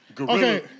Okay